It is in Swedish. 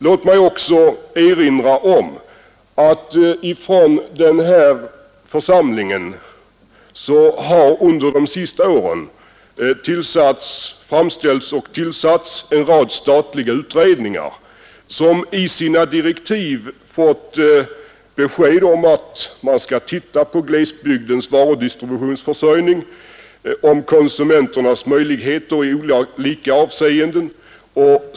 Låt mig erinra om att regeringen har under de senaste åren tagit initiativ till en rad statliga utredningar, som i sina direktiv fått besked om att man skall se över glesbygdens varudistributionsförsörjning och konsumenternas möjligheter till närservice m.m.